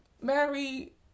Mary